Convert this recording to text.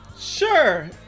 Sure